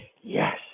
Yes